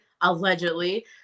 allegedly